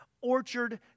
Orchard